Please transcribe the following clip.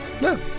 No